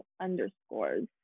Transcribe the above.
underscores